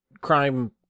crime